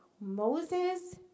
Moses